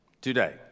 today